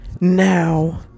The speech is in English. Now